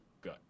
good